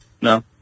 No